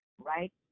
right